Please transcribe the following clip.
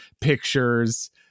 pictures